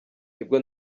nibwo